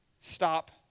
stop